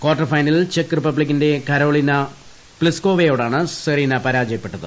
quarter ഫൈനലിൽ ചെക്ക് റിപ്പബ്ലിക്കിന്റെ കരോളിന പ്ലിസ്കോവയോടാണ് സെറീന പരാജയപ്പെട്ടത്